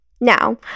Now